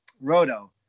roto